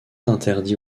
interdit